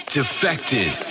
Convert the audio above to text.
Defected